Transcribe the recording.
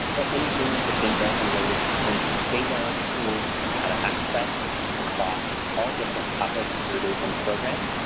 but anything you could think of related to census data, tools, and how to access across all different topics, surveys, and programs.